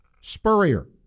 Spurrier